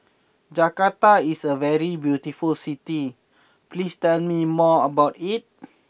Jakarta is a very beautiful city please tell me more about it